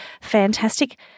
Fantastic